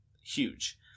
huge